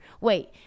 Wait